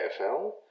AFL